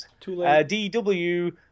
DW